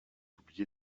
oublié